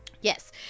Yes